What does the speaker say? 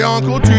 Uncle